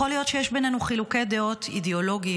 יכול להיות שיש בינינו חילוקי דעות אידיאולוגיים,